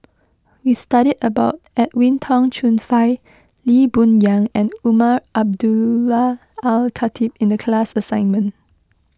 we studied about Edwin Tong Chun Fai Lee Boon Yang and Umar Abdullah Al Khatib in the class assignment